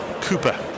Cooper